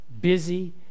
busy